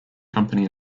company